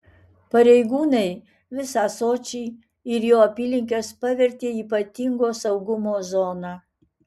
pareigūnai visą sočį ir jo apylinkes pavertė ypatingo saugumo zona